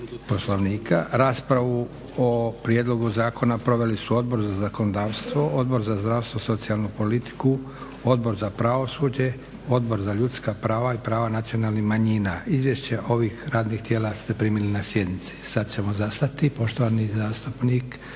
Poslovnika. Raspravu o prijedlogu zakona proveli su Odbor za zakonodavstvo, Odbor za zdravstvo, socijalnu politiku, Odbor za pravosuđe, Odbor za ljudska prava i prava nacionalnih manjina. Izvješće ovih radnih tijela ste primili na sjednici. Sad ćemo zastati. Poštovani zastupnik